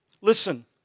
Listen